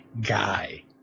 guy